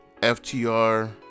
FTR